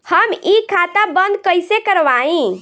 हम इ खाता बंद कइसे करवाई?